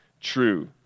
true